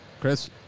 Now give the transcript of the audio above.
Chris